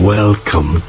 Welcome